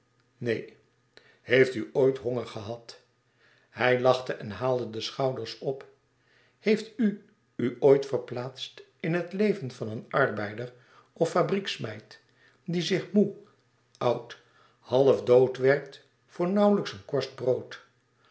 neen heeft u ooit honger gehad hij lachte en haalde de schouders op heeft u u ooit verplaatst in het leven van een arbeider of fabrieksmeid die zich moê oud half dood werkt voor nauwelijks een korst brood